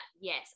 yes